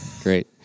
great